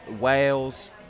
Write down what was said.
Wales